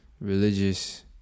religious